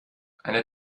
eine